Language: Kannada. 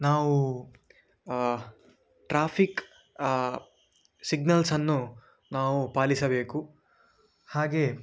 ನಾವು ಟ್ರಾಫಿಕ್ ಸಿಗ್ನಲ್ಸನ್ನು ನಾವು ಪಾಲಿಸಬೇಕು ಹಾಗೇ